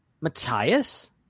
Matthias